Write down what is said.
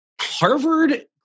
Harvard